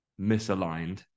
misaligned